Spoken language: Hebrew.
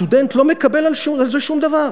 סטודנט לא מקבל על זה שום דבר,